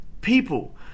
people